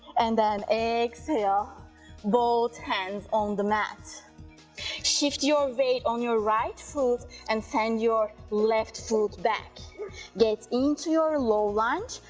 and then exhale both hands on the mat shift your weight on your right foot and send your left foot back get into your low lunge,